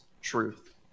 truth